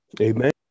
Amen